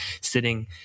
sitting